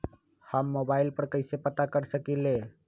हम मोबाइल पर कईसे पता कर सकींले?